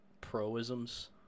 pro-isms